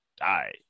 die